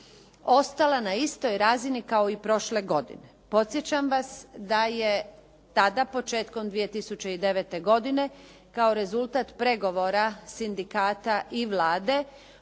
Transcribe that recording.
ostala na istoj razini kao i prošle godine. Podsjećam vas da je tada početkom 2009. godine kao rezultat pregovora sindikata i Vlade